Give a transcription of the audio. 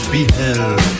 Beheld